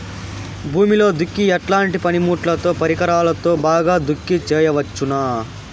భూమిలో దుక్కి ఎట్లాంటి పనిముట్లుతో, పరికరాలతో బాగా దుక్కి చేయవచ్చున?